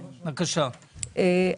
ברשותכם,